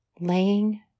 laying